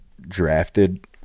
drafted